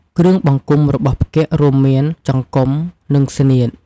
គ្រឿងបង្គុំរបស់ផ្គាក់រួមមាន ចង្គំ និងស្នៀត ។